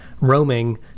roaming